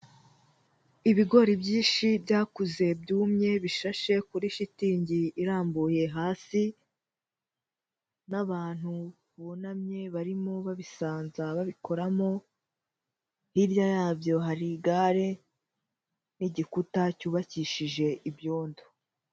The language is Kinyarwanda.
Ibigori byinshi byakuze byumye, bishashe kuri shitingi irambuye hasi n'abantu bunamye, barimo babisanza babikoramo, hirya yabyo hari igare n'igikuta cyubakishije ibyondo.